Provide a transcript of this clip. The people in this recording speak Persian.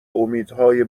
امیدهای